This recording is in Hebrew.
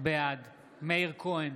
בעד מאיר כהן,